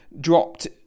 dropped